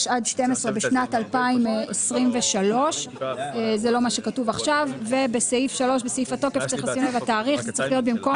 לפי החוק הזה יינתנו למי שהוא בן 6 עד 12 בשנת 2023. ולא גיל 7. בדיוק,